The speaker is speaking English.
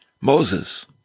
Moses